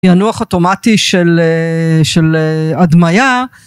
היא הנוח אוטומטי של אדמיה.